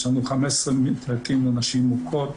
יש לנו 15 מקלטים לנשים מוכות,